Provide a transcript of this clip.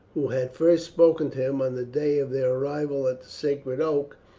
who had first spoken to him on the day of their arrival at the sacred oak,